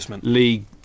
League